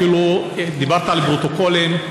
אפילו דיברת על פרוטוקולים.